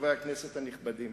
חברי הכנסת הנכבדים,